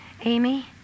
Amy